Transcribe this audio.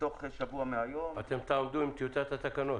ותוך שבוע מהיום --- אתם תעמדו עם טיוטת התקנות?